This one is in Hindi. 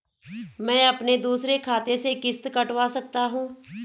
मैं अपने दूसरे खाते से किश्त कटवा सकता हूँ?